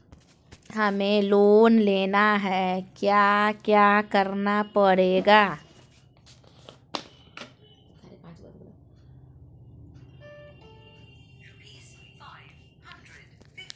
हमें लोन लेना है क्या क्या करना पड़ेगा?